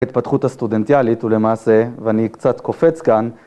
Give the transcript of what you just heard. התפתחות הסטודנטיאלית הוא למעשה, ואני קצת קופץ כאן.